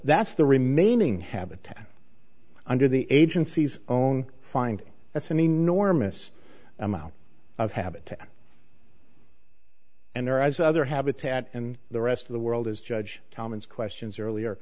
that's the remaining habitat under the agency's own finding that's an enormous amount of habitat and there as other habitat and the rest of the world as judge thomas questions earlier